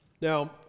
Now